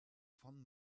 von